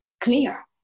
clear